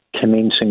commencing